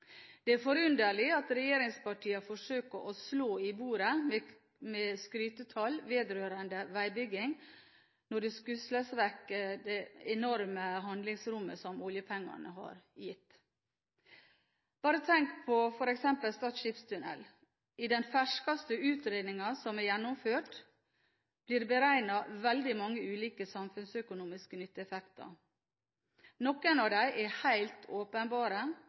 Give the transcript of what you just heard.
Det er forunderlig at regjeringspartiene forsøker å slå i bordet med skrytetall vedrørende veibygging, når de skusler vekk det enorme handlingsrommet som oljepengene har gitt. Bare tenk på f.eks. Stad skipstunnel. I den ferskeste utredningen som er gjennomført, blir det beregnet veldig mange ulike samfunnsøkonomiske nytteeffekter. Noen av dem er helt åpenbare